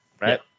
right